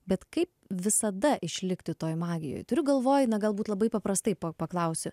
bet kaip visada išlikti toj magijoj turiu galvoj na galbūt labai paprastai paklausiu